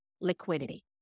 liquidity